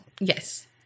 Yes